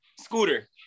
Scooter